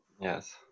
yes